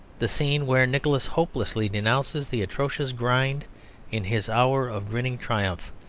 the scene where nicholas hopelessly denounces the atrocious gride in his hour of grinning triumph,